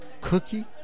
cookie